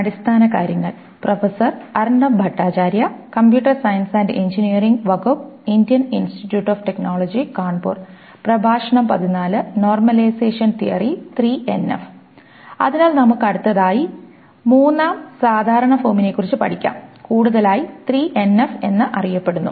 അതിനാൽ നമുക്ക് അടുത്തതായി 3 ആം സാധാരണ ഫോമിനെക്കുറിച്ച് പഠിക്കാം കൂടുതലായി 3 എൻഎഫ് എന്ന് അറിയപ്പെടുന്നു